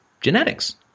genetics